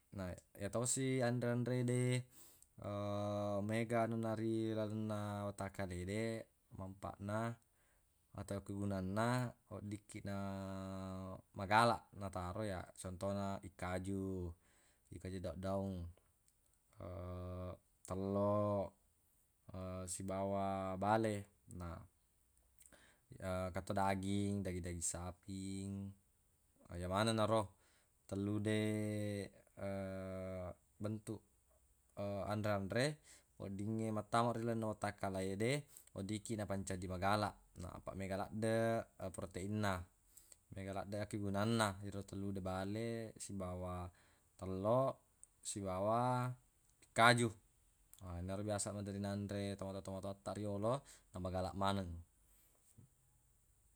Na ya tosi anre-anre de mega anunna ri lalenna watakkale de manpaatna atau akkegunangenna oddikkiq na magalaq nataro ya contona ikkaju ikkaju daddaung tello sibawa bale na ya engka to daging dagi-daging saping ye maneng naro tellu de bentuq anre-anre weddingnge mattama ri lalenna watakkale de wedding kiq napancaji magalaq na apaq mega laddeq peroteinna mega laddeq akkegunangenna yero tu bale sibawa tello sibawa ikkaju na erona biasa maderri nanre tomatowa-tomatowattaq riyolo na magalaq maneng.